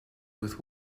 with